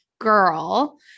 girl